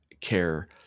care